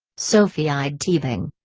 sophie eyed teabing.